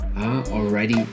already